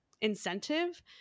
incentive